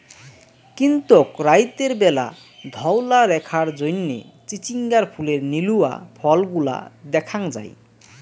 কিন্তুক রাইতের ব্যালা ধওলা রেখার জইন্যে চিচিঙ্গার ফুলের নীলুয়া ফলগুলা দ্যাখ্যাং যাই